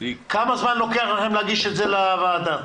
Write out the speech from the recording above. כמה זמן לוקח לכם להגיש את זה לוועדה?